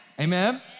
Amen